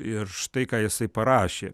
ir štai ką jisai parašė